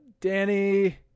Danny